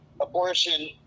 abortion